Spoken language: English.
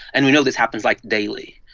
and we know this happens, like, daily,